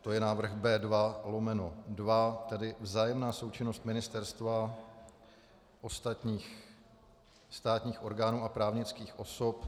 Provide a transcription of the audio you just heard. To je návrh B2/2, tedy vzájemná součinnost ministerstva, ostatních státních orgánů a právnických osob.